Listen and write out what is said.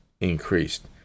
increased